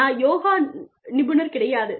நான் யோகா நிபுணர் கிடையாது